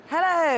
Hello